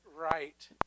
right